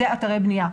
הם על אתרי בנייה.